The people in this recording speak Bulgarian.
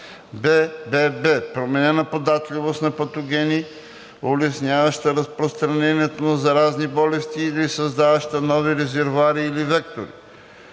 променена податливост на патогени, улесняваща разпространението на заразни болести или създаваща нови резервоари или вектори;